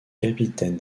capitaine